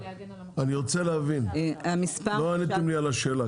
לא עניתם לי על השאלה,